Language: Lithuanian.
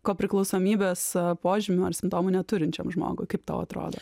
kopriklausomybės požymių ar simptomų neturinčiam žmogui kaip tau atrodo